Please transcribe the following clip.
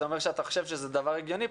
זה אומר שאתה חושב שזה דבר הגיוני,